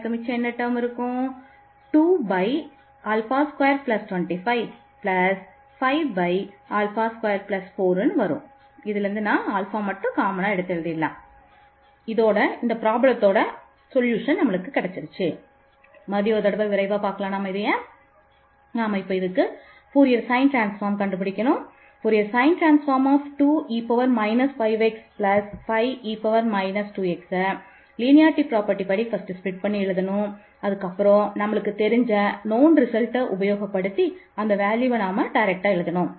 எனவே Fc2e 5x5e 2x2Fce 5x5Fce 2x Fce ax2a2a2 என்று நமக்கு தெரியும்